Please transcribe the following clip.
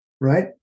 right